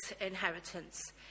inheritance